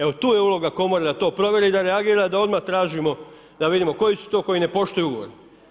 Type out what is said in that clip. Evo tu je uloga komore da to provjeri i da reagira da odmah tražimo da vidimo koji su to koji ne poštuju ugovor.